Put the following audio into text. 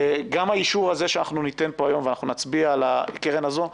גם האישור הזה שניתן פה היום ונצביע על הקרן הזאת,